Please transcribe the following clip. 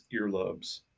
earlobes